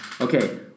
Okay